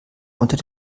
unter